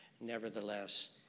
Nevertheless